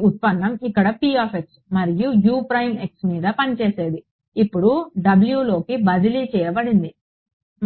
ఈ ఉత్పన్నం ఇక్కడ మరియు మీద పని చేసేది ఇప్పుడు W లోకి బదిలీ చేయబడింది